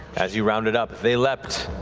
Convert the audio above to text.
as you rounded up, they leapt.